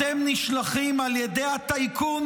אתם נשלחים על ידי הטייקונים.